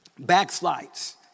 backslides